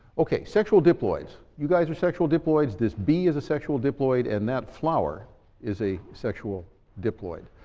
okay, sexual diploids. you guys are sexual diploids, this bee is a sexual diploid, and that flower is a sexual diploid.